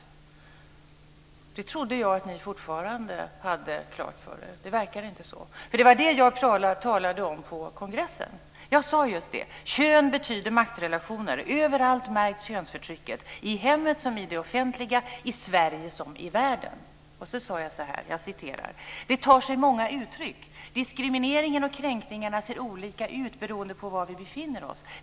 Det trodde jag att ni fortfarande hade klart för er. Det verkar inte så. Det var nämligen det som jag talade om på kongressen. Jag sade att kön betyder maktrelationer. Överallt märks könsförtrycket - i hemmet likaväl som i det offentliga, i Sverige likaväl som i världen. Sedan sade jag: Det tar sig många uttryck. Diskrimineringen och kränkningarna ser olika ut beroende på var vi befinner oss.